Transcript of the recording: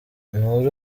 nturi